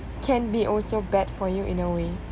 can be also bad for you in a way